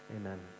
Amen